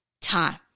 time